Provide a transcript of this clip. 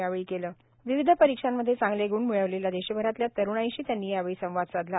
यावेळी विविध परीक्षांमध्ये चांगले गृण मिळविलेल्या देशभरातल्या तरुणाईशी त्यांनी संवाद साधला